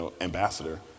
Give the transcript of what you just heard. ambassador